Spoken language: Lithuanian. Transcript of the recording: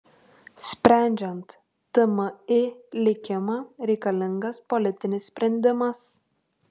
sprendžiant tmi likimą reikalingas politinis sprendimas